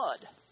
blood